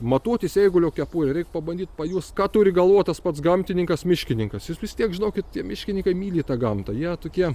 matuotis eigulio kepurę reik pabandyt pajust ką turi galvoj tas pats gamtininkas miškininkas jis vis tiek žinokit tie miškininkai myli tą gamtą jie tokie